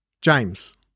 James